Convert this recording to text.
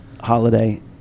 holiday